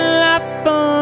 life